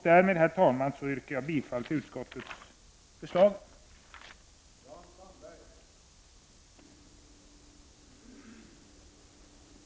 Därmed, herr talman, yrkar jag bifall till utskottets förslag.